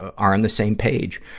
are on the same page.